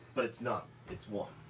but it's not, it's one.